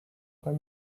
our